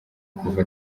kuva